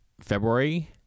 February